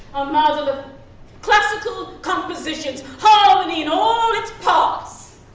a model of classical compositions? how many in all its parts?